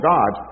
God